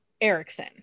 erickson